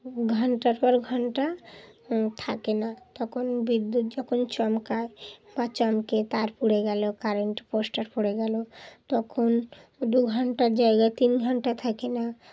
ঘণ্টার পর ঘণ্টা থাকে না তখন বিদ্যুৎ যখন চমকায় বা চমকে তার পুড়ে গেলো কারেন্ট পোস্টার পড়ে গেলো তখন দু ঘণ্টার জায়গায় তিন ঘণ্টা থাকে না